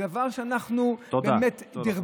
זה דבר שאנחנו באמת, תודה.